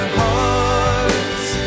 hearts